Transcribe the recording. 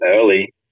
early